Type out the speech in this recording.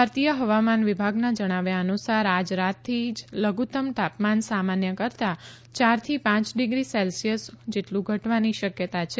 ભારતીય હવામાન વિભાગના જણાવ્યા અનુસાર આજ રાતથી જ લધુતમ તાપમાન સામાન્ય કરતાં યાર થી પાંય ડીગ્રી સેલ્શયસ જેટલુ ઘટવાની શકયતા છે